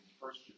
first